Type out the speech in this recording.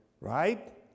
right